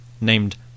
named